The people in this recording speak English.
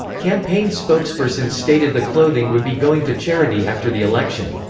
campaign spokespersons stated the clothing would be going to charity after the election.